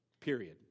Period